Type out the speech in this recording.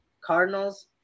Cardinals